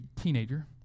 teenager